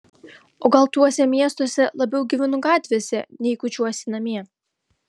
o gal tuose miestuose labiau gyvenu gatvėse nei kuičiuosi namie